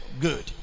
Good